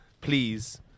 please